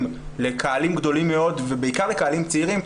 לקהלים גדולים מאוד ובעיקר לקהלים צעירים,